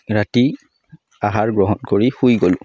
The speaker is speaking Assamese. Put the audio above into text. ৰাতি আহাৰ গ্ৰহণ কৰি শুই গ'লোঁ